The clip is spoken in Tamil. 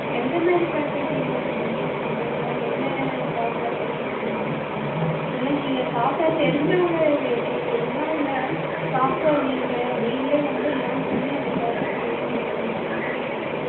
எந்த மாதிரி ஃபேக்கல்டி நீடடுங்க சார் சொல்லுறிங்களா என்ன சாஃப்ட்வேர் தெரிஞ்சிருக்கணும் இல்லை நீங்கள் சாஃப்ட்வேர் தெரிஞ்சவங்களை கேட்குறிங்களா இல்லை சாஃப்ட்வேர் நீங்கள் நீங்களே வந்து லேர்ன் பண்ணி அந்த ப்ராஜெக்ட்க்கு பிளேஸ் பண்ணிக்கிறிங்களா எப்படி